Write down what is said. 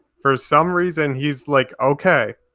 for some reason, he's like, okay.